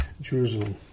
Jerusalem